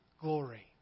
glory